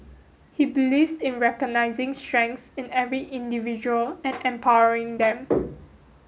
he believes in recognizing strengths in every individual and empowering them